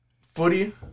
footy